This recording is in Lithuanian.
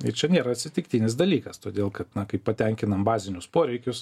ir čia nėra atsitiktinis dalykas todėl kad na kaip patenkinam bazinius poreikius